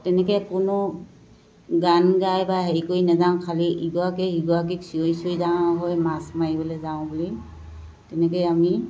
তেনেকৈ কোনো গান গাই বা হেৰি কৰি নাযাওঁ খালী ইগৰাকীয়ে সিগৰাকীক চিঞৰি চিঞৰি যাওঁ ঐ মাছ মাৰিবলৈ যাওঁ বুলি তেনেকেই আমি